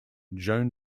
joan